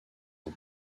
ans